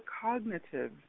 cognitive